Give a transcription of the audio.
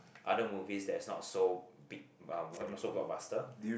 other movies that is not so big not so blockbuster